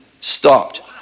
stopped